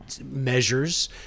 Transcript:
measures